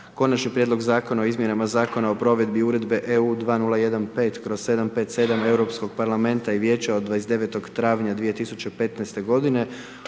Konačni prijedlog Zakona o izmjenama Zakona o provedbi Uredbe EU 2015/757 Europskog parlamenta i Vijeća od 29. travanja 2015. godine